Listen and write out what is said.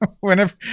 whenever